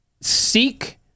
seek